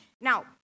Now